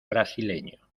brasileño